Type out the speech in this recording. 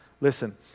listen